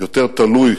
דבר יותר תלוי